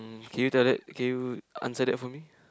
can you tell that can you answer that for me